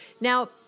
Now